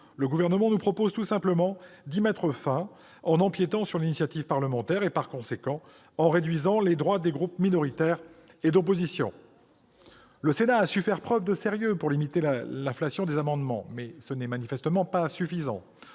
le Gouvernement nous propose tout simplement d'y mettre fin en empiétant sur l'initiative parlementaire et, par conséquent, en réduisant les droits des groupes minoritaires et d'opposition. Le Sénat a su faire preuve de sérieux pour limiter l'inflation du nombre d'amendements, mais ce n'est manifestement pas suffisant.